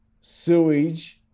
sewage